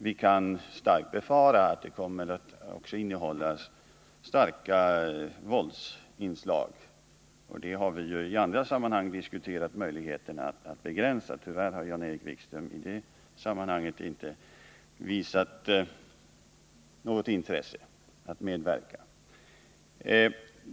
Vi kan starkt befara att det också kommer att innehålla starka våldsinslag, som vi ju i andra sammanhang har diskuterat möjligheterna av att begränsa. Tyvärr har Jan-Erik Wikström inte visat något intresse för att medverka till detta.